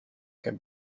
can